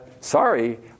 sorry